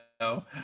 No